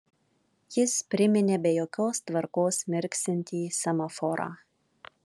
jis priminė be jokios tvarkos mirksintį semaforą